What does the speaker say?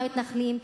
המתנחלים,